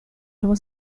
was